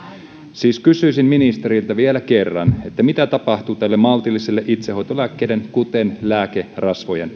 siis kysyisin ministeriltä vielä kerran mitä tapahtui tälle maltilliselle itsehoitolääkkeiden kuten lääkerasvojen